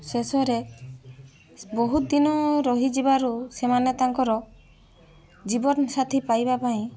ଶେଷେରେ ବହୁତ ଦିନ ରହିଯିବାରୁ ସେମାନେ ତାଙ୍କର ଜୀବନ ସାଥୀ ପାଇବା ପାଇଁ